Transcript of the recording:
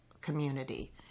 community